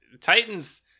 Titans